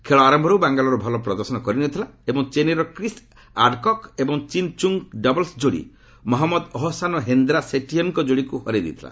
ଖେଳ ଆରମ୍ଭରୁ ବାଙ୍ଗାଲୋର ଭଲ ପ୍ରଦର୍ଶନ କରିନଥିଲା ଏବଂ ଚେନ୍ନାଇର କ୍ରିସ୍ ଆଡ୍କକ୍ ଏବଂ ଚୀନ୍ ଚୁଙ୍ଗ୍ଙ୍କ ଡବଲ୍ସ ଯୋଡ଼ି ମହମ୍ମଦ ଅହସାନ ଓ ହେନ୍ଦ୍ରା ସେଟ୍ଟିୟନଙ୍କ ଯୋଡ଼ିକୁ ହରାଇ ଦେଇଥିଲା